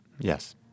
Yes